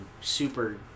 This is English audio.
super